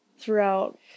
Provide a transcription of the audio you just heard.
throughout